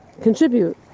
contribute